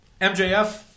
MJF